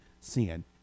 sin